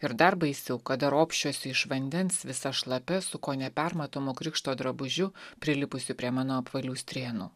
ir dar baisiau kada ropščiuosi iš vandens visa šlapia su kone permatomu krikšto drabužiu prilipusiu prie mano apvalių strėnų